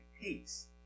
peace